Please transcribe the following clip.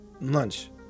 lunch